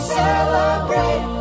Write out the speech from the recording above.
celebrate